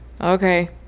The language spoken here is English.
okay